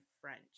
French